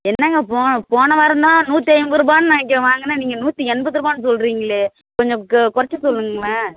என்னங்க போ போன வாரம்தான் நூற்றி ஐம்பது ரூபாய்ன்னு நான் இங்கே வாங்கின நீங்கள் நூற்றி எண்பதுருவான்னு சொல்கிறீங்களே கொஞ்சம் கொறைச்சி சொல்லுங்களேன்